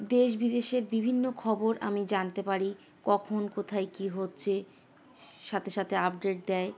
দেশ বিদেশের বিভিন্ন খবর আমি জানতে পারি কখন কোথায় কী হচ্ছে সাথে সাথে আপডেট দেয়